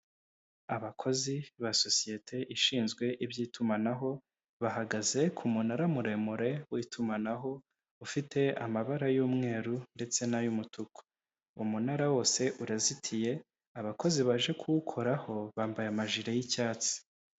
Abakozi ba sosiyete ishinzwe iby'itumanaho bahagaze ku munara muremure w' itumanaho, ufite amabara y'umweru ndetse n'ay'umutuku, uwo munara wose urazitiye abakozi baje kuwukoraho bambaye amajire y'icyatsi.